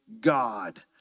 God